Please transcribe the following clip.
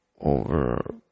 over